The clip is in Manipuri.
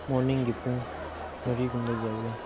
ꯃꯣꯔꯅꯤꯡꯒꯤ ꯄꯨꯡ ꯃꯔꯤꯒꯨꯝꯕꯗ ꯌꯧꯋꯦ